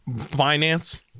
finance